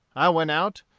i went out,